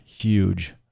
huge